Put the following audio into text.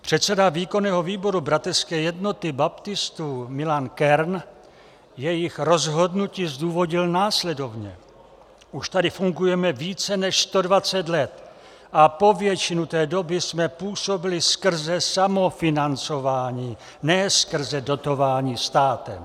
Předseda výkonného výboru Bratrské jednoty baptistů Milan Kern jejich rozhodnutí zdůvodnil následovně: Už tady fungujeme více než 120 let a po většinu té doby jsme působili skrze samofinancování, ne skrze dotování státem.